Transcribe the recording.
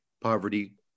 poverty